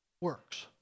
works